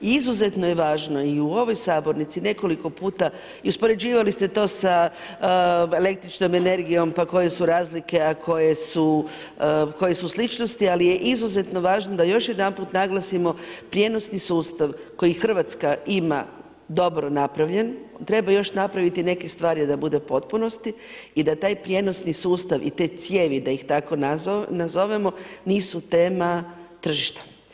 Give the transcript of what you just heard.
Izuzetno je važno i u ovoj sabornici nekoliko puta i uspoređivali ste to sa električnom energijom pa koje su razlike, a koje su sličnosti ali je izuzetno važno da još jedanput naglasimo prijenosni sustav koji Hrvatska ima dobro napravljen, treba još napraviti neke stvari da bude u potpunosti i da taj prijenosni sustav i te cijevi da ih tako nazovemo nisu tema tržišta.